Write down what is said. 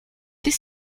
this